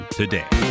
today